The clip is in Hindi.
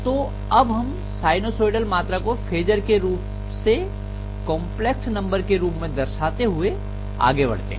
तो अब हम साइनसोइडल मात्रा को फेजर के रूप से कंपलेक्स नंबर के रूप में दर्शाते हुए आगे बढ़ते हैं